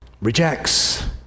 rejects